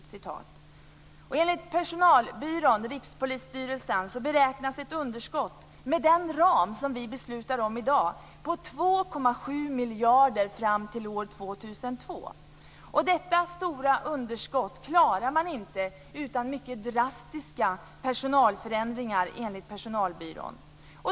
Enligt Rikspolisstyrelsens personalbyrå beräknas ett underskott med den ram som vi beslutar om i dag på 2,7 miljarder kronor fram till år 2002. Detta stora underskott klarar man inte utan mycket drastiska personalförändringar enligt personalbyrån.